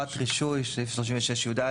חובת רישוי סעיף 36 י"א.